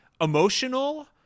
emotional